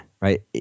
right